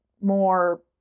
more